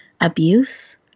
abuse